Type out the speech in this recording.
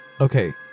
Okay